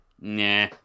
Nah